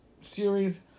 series